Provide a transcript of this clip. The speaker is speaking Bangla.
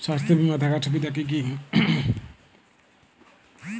স্বাস্থ্য বিমা থাকার সুবিধা কী কী?